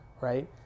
right